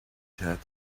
had